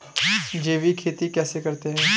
जैविक खेती कैसे करते हैं?